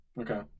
Okay